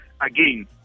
again